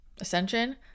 ascension